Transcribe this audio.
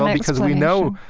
because we know,